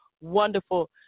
wonderful